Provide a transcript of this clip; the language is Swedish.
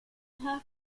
hört